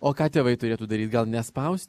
o ką tėvai turėtų daryt gal nespaust